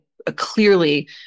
Clearly